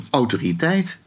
autoriteit